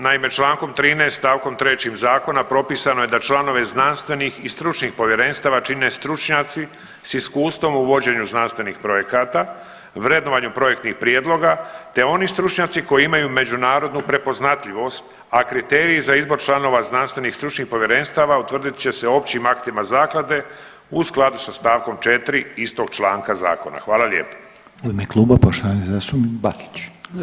Naime, čl. 13. st. 3. zakona propisano je da članove znanstvenih i stručnih povjerenstava čine stručnjaci s iskustvom u vođenju znanstvenih projekata, vrednovanju projektnih prijedloga te oni stručnjaci koji imaju međunarodnu prepoznatljivost, a kriterij za izbor članova znanstvenih i stručnih povjerenstava utvrdit će se općim aktima zaklade u skladu sa st. 4. istog članka zakona.